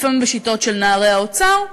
לפעמים בשיטות של נערי האוצר.